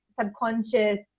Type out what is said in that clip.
subconscious